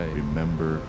remember